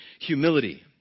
humility